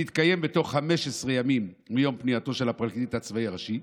תתקיים בתוך 15 ימים מיום פנייתו של הפרקליט הצבאי הראשי,